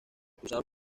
cruzados